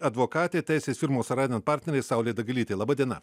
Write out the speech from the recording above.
advokatė teisės firmos sorainen ir partneriai saulė dagilytė laba diena